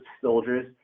soldiers